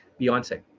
Beyonce